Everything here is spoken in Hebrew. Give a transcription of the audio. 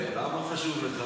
למה חשוב לך?